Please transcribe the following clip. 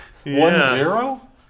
One-zero